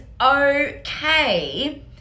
okay